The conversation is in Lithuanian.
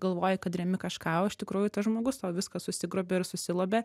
galvoji kad remi kažką o iš tikrųjų tas žmogus tau viską susigrobia ir susilobia